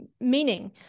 meaning